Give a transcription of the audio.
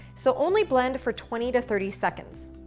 so only blend for twenty to thirty seconds.